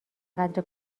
قدر